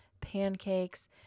pancakes